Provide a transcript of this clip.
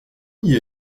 n’y